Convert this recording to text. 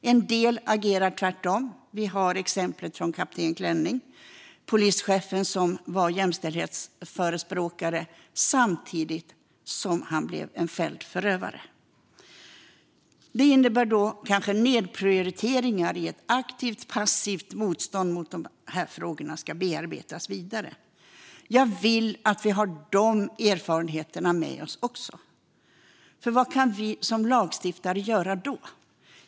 En del agerar tvärtom. Vi har exemplet med Kapten Klänning - polischefen som var jämställdhetsförespråkare och samtidigt var en förövare, vilket han senare blev fälld för. Det här innebär då kanske nedprioriteringar på grund av ett aktivt passivt motstånd mot att frågorna ska bearbetas vidare. Jag vill att vi också har de erfarenheterna med oss. För vad kan vi som lagstiftare göra då?